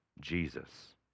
Jesus